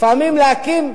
לפעמים להקים,